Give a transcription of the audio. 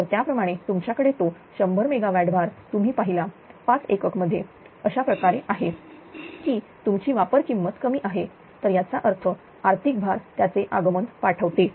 तर त्याप्रमाणे तुमच्याकडे तो 100 मेगावॅट भार तुम्ही पाहिला 5 एकक मध्ये अशाप्रकारे आहे की तुमची वापर किंमत कमी आहे तर याचा अर्थ आर्थिक भार त्याचे आगमन पाठवते